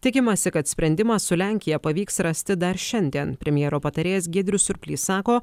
tikimasi kad sprendimą su lenkija pavyks rasti dar šiandien premjero patarėjas giedrius surplys sako